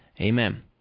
Amen